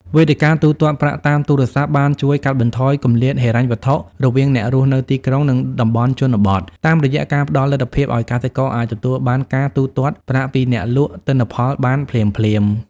វេទិកាទូទាត់ប្រាក់តាមទូរស័ព្ទបានជួយកាត់បន្ថយគម្លាតហិរញ្ញវត្ថុរវាងអ្នករស់នៅទីក្រុង និងតំបន់ជនបទ តាមរយៈការផ្ដល់លទ្ធភាពឱ្យកសិករអាចទទួលបានការទូទាត់ប្រាក់ពីការលក់ទិន្នផលបានភ្លាមៗ។